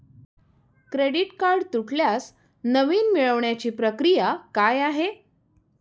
Credit card तुटल्यास नवीन मिळवण्याची प्रक्रिया काय आहे?